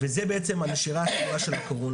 וזה בעצם נשירה ישירה של הקורונה.